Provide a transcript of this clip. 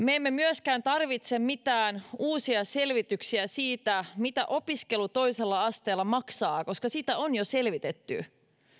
me emme myöskään tarvitse mitään uusia selvityksiä siitä mitä opiskelu toisella asteella maksaa koska sitä on jo selvitetty